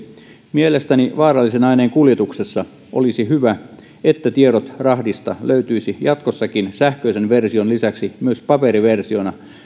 mielestäni vaarallisen aineen kuljetuksessa olisi hyvä että tiedot rahdista löytyisivät jatkossakin sähköisen version lisäksi myös paperiversiona